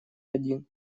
один